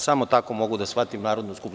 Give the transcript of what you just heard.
Samo tako mogu da shvatim Narodnu skupštinu.